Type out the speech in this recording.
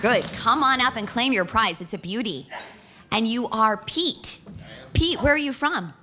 good come on up and claim your prize it's a beauty and you are pete pete where are you from